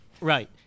Right